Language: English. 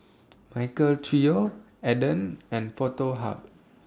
Michael Trio Aden and Foto Hub